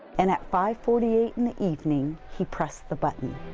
and at five forty eight in the evening he pressed the button,